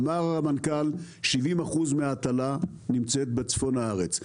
אמר המנכ"ל, 70% מההטלה נמצאת בצפון הארץ.